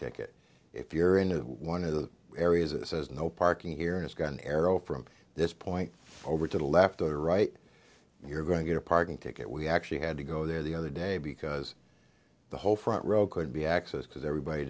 ticket if you're in one of the areas it says no parking here and it's got an arrow from this point over to the left or right you're going to get a parking ticket we actually had to go there the other day because the whole front row could be access because everybody